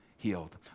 healed